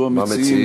החוק.